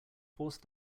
forced